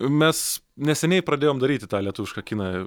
mes neseniai pradėjom daryti tą lietuvišką kiną